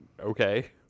Okay